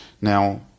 now